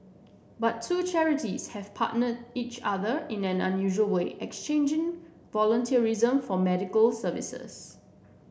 but two charities have partnered each other in an unusual way exchanging volunteerism for medical services